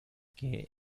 que